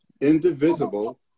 indivisible